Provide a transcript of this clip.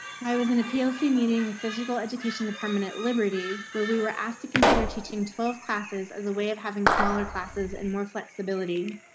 i was an appeal see meeting with physical education department liberty where we were asked to consider teaching twelve classes as a way of having smaller classes and more flexibility.